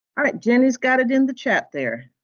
all right, jen has got it in the chat there.